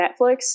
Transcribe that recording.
Netflix